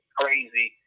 crazy